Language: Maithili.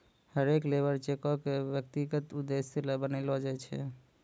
हरेक लेबर चेको क व्यक्तिगत उद्देश्य ल बनैलो जाय छै